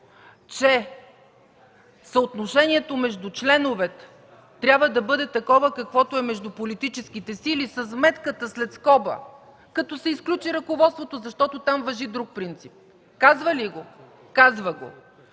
че съотношението между членовете трябва да бъде такова, каквото е между политическите сили, със сметката след като се изключи ръководството, защото там важи друг принцип? Казва ли го? Казва го!